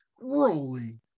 rolling